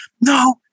no